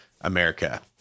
America